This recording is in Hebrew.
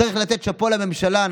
צריך לתת שאפו לממשלה.